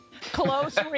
Close